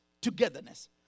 togetherness